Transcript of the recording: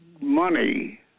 money